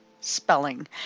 Spelling